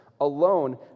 alone